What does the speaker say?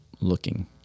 looking